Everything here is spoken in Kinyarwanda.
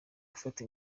gufata